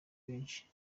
benshi